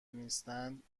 نیستند